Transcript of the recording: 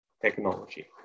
technology